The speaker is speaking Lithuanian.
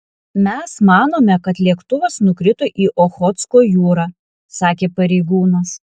mes manome kad lėktuvas nukrito į ochotsko jūrą sakė pareigūnas